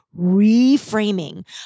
reframing